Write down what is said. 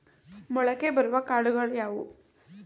ಮೊಳಕೆ ಬರುವ ಕಾಳುಗಳು ಯಾವುವು?